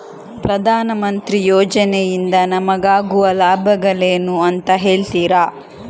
ಪ್ರಧಾನಮಂತ್ರಿ ಯೋಜನೆ ಇಂದ ನಮಗಾಗುವ ಲಾಭಗಳೇನು ಅಂತ ಹೇಳ್ತೀರಾ?